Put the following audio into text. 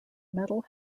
medal